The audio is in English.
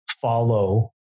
follow